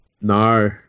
No